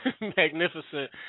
magnificent